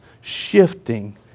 shifting